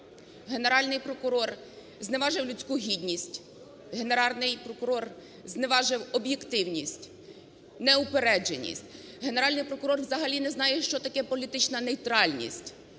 Генеральний прокурор зневажив об'єктивність, неупередженість. Генеральний прокурор взагалі не знає, що таке політична нейтральність.